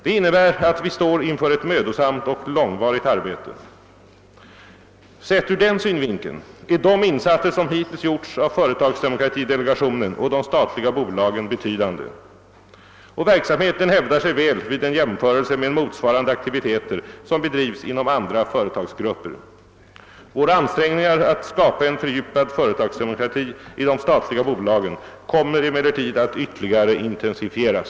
Det innebär att vi står inför ett mödosamt och långvarigt arbete. Sett ur den synvinkeln är de insat ser som hittills gjorts av företagsdemokratidelegationen och de statliga bolagen betydande. Verksamheten hävdar sig väl vid en jämförelse med motsvarande aktiviteter som bedrivs inom andra företagsgrupper. Våra ansträngningar att skapa en fördjupad företagsdemokrati i de statliga bolagen kommer emellertid att ytterligare intensifieras.